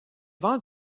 vent